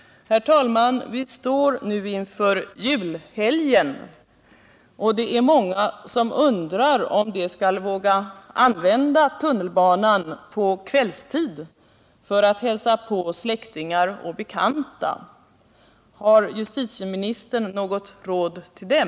Herr talman! Vi står nu inför julhelgen, och det är många som undrar om de skall våga använda tunnelbanan på kvällstid för att hälsa på släktingar och bekanta. Har justitieministern något råd till dem?